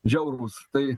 žiaurūs tai